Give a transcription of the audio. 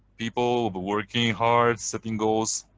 people, the working hard, setting goals,